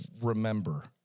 remember